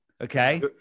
okay